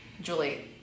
Julie